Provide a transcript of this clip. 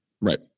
Right